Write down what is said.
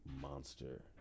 monster